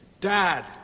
Dad